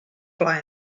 fly